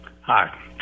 Hi